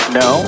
no